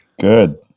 Good